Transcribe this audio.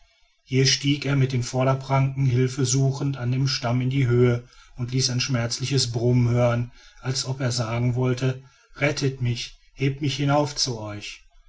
hier stieg er mit den vorderpranken hilfe suchend an dem stamm in die höhe und ließ ein schmerzliches brummen hören als ob er sagen wollte rettet mich hebt mich hinauf zu euch